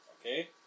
Okay